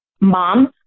Mom